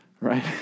right